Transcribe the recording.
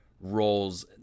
roles